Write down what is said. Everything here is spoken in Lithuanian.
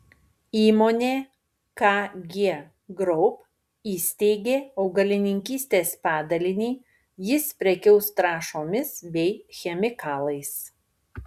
įmonė kg group įsteigė augalininkystės padalinį jis prekiaus trąšomis bei chemikalais